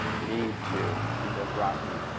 need to in dothraki,